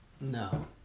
No